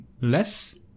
less